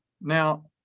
Now